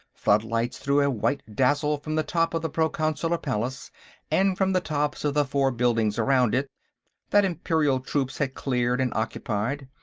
floodlights threw a white dazzle from the top of the proconsular palace and from the tops of the four buildings around it that imperial troops had cleared and occupied,